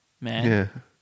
Man